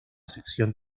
sección